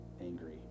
angry